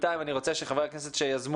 בינתיים אני רוצה שחברי הכנסת שיזמו